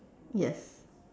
yes